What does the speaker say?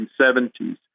1970s